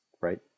Right